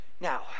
Now